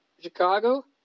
Chicago